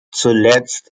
zuletzt